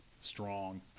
strong